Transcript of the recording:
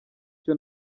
cyo